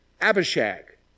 Abishag